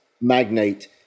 magnate